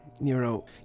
Nero